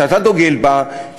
שאתה דוגל בה,